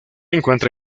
encuentra